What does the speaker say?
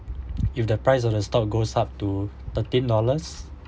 if the price of the stock goes up to thirteen dollars